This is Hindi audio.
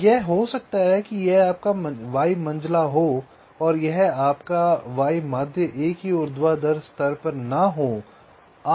तो यह हो सकता है कि यह आपका y मंझला हो और यह आपका y माध्य एक ही ऊर्ध्वाधर स्तर पर न हो